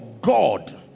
god